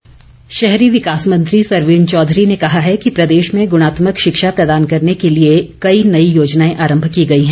सरवीन चौधरी शहरी विकास मंत्री सरवीण चौधरी ने कहा है कि प्रदेश में गुणात्मक शिक्षा प्रदान करने के लिए कई नई योजनाएं आरंभ की गई है